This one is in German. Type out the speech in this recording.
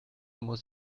muss